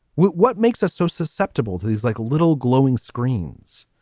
what what makes us so susceptible to these like little glowing screens.